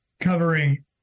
covering